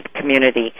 community